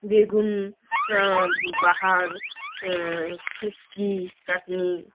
বেগুন বাহার সুতকি চাটনি